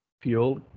fuel